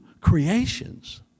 creations